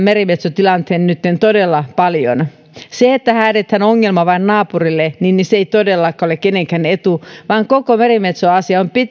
merimetsotilanteen nytten todella hyvin se että vain häädetään ongelma naapurille ei todellakaan ole kenenkään etu vaan koko merimetsoasia